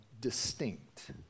distinct